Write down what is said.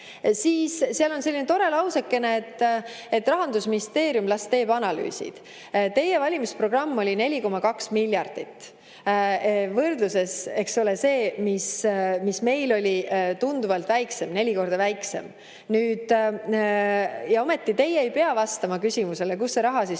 on teil selline tore lausekene, et las Rahandusministeerium teeb analüüsid. Teie valimisprogramm oli 4,2 miljardit, eks ole? Võrdluseks, meil oli tunduvalt väiksem, neli korda väiksem. Ja ometi teie ei pea vastama küsimusele, kust see raha